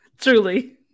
Truly